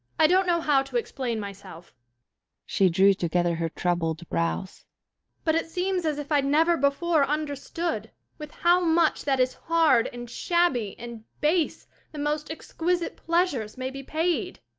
i don't know how to explain myself she drew together her troubled brows but it seems as if i'd never before understood with how much that is hard and shabby and base the most exquisite pleasures may be paid.